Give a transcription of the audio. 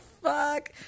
fuck